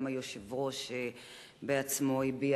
גם היושב-ראש בעצמו הביע